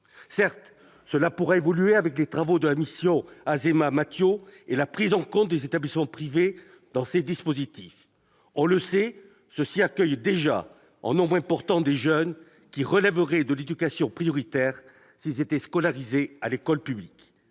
Certes, cela pourra évoluer avec les travaux de la mission Azéma-Mathiot et la prise en compte, dans ces dispositifs, des établissements privés qui accueillent déjà en nombre important des jeunes qui relèveraient de l'éducation prioritaire s'ils étaient scolarisés à l'école publique.